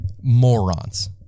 Morons